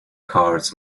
cards